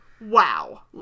wow